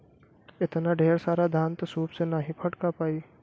एतना ढेर सारा धान त सूप से नाहीं फटका पाई